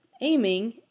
aiming